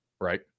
Right